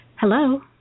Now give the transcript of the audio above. Hello